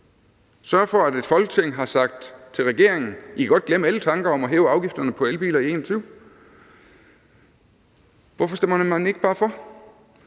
sørger for, at Folketinget siger til regeringen: I kan godt glemme alle tanker om at hæve afgifterne på elbiler i 2021? Hvorfor stemmer man ikke bare for?